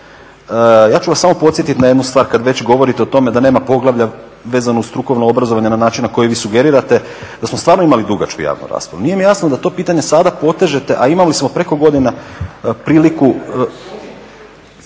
Ja ću vas samo podsjetiti na jednu stvar, kad već govorite o tome da nema poglavlja vezano uz strukovno obrazovanje na način na koji vi sugerirate, da smo stvarno imali dugačku javnu raspravu. Nije mi jasno da to pitanje sada potežete, a imali smo preko godinu priliku